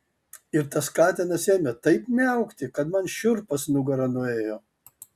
ir tas katinas ėmė taip miaukti kad man šiurpas nugara nuėjo